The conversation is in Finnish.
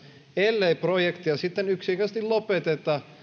ellei projekteja sitten yksinkertaisesti lopeteta